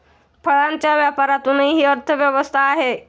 फळांच्या व्यापारातूनही अर्थव्यवस्था आहे